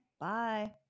Bye